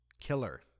killer